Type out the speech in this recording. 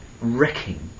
wrecking